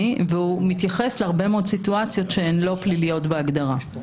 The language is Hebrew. והוא מתייחס להרבה מאוד סיטואציות שהן לא פליליות בהגדרה.